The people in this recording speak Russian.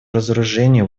разоружению